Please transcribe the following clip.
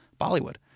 Bollywood